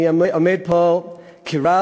אני עומד פה כרב